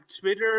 Twitter